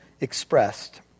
expressed